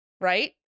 right